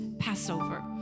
Passover